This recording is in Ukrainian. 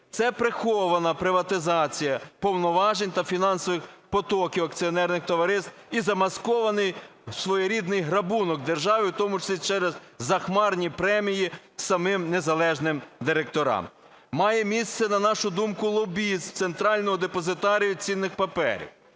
Це прихована приватизація повноважень та фінансових потоків акціонерних товариств і замаскований своєрідний грабунок держави, в тому числі через захмарні премії самим незалежним директорам. Має місце, на нашу думку, лобізм центрального депозитарію цінних паперів.